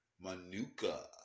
Manuka